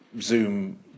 Zoom